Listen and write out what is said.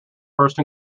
first